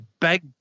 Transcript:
big